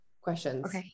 questions